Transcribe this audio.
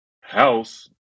house